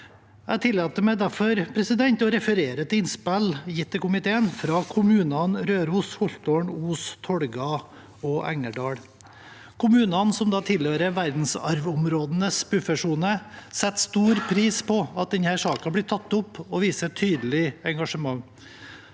Jeg tillater meg derfor å referere til innspill gitt til komiteen fra kommunene Røros, Holtålen, Os, Tolga og Engerdal. Kommunene, som tilhører verdensarvområdenes buffersone, setter stor pris på at denne saken blir tatt opp, og viser tydelig engasjement.